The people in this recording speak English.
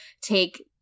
take